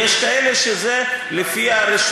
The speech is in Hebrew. ויש כאלה שזה ברשות.